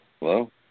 Hello